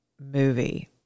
Movie